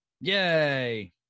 Yay